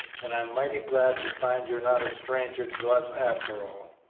and i'm mighty glad to find you're not a stranger to us, after all.